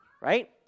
Right